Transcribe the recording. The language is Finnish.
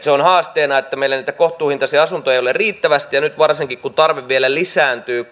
se on haasteena että meillä niitä kohtuuhintaisia asuntoja ei ole riittävästi nyt varsinkin kun tarve vielä lisääntyy